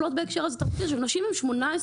אם זאת לא היא,